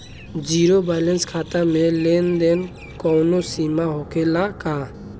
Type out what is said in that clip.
Zero balance खाता में लेन देन के कवनो सीमा होखे ला का?